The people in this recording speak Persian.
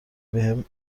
بهم